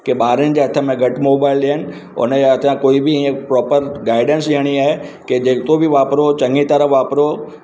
की ॿारनि जे हथ में घटि मोबाइल ॾियण उनजे हथां कोई बि ईअं प्रॉपर गाइडेंस ॾियणी आहे के जेतिरो बि वापिरो चङी तरह वापिरो